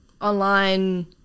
online